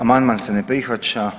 Amandman se ne prihvaća.